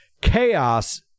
chaos